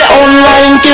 online